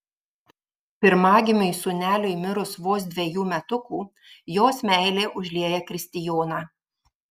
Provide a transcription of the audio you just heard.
pirmagimiui sūneliui mirus vos dvejų metukų jos meilė užlieja kristijoną